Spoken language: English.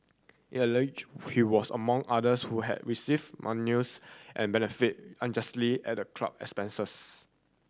it allege he was among others who have received monies and benefited unjustly at the club expense